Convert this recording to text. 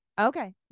Okay